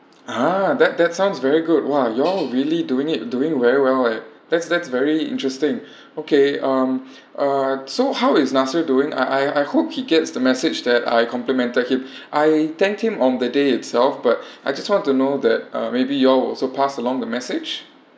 ah that that sounds very good !wow! you all really doing it doing very well eh that's that's very interesting okay um uh so how is nasir doing I I I hope he gets the message that I complimented him I thanked him on the day itself but I just want to know that uh maybe you all will also pass along the message